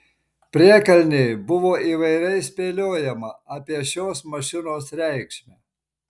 priekalnėj buvo įvairiai spėliojama apie šios mašinos reikšmę